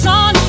on